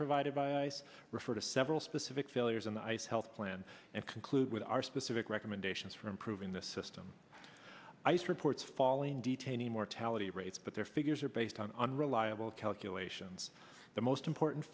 provided by ice refer to several specific failures in the ice health plan and conclude with are specific recommendations for improving the system ice reports falling detainee mortality rates but their figures are based on unreliable calculations the most important